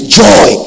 joy